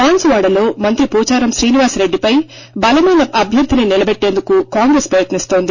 బాన్సువాడలో మంత్రి ఏోచారం శ్రీనివాస రెడ్డిపై బలమైన అభ్యర్థిని నిలబెట్టేందుకు కాంగ్రెస్ ప్రయత్ని స్తోంది